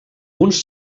uns